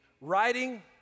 writing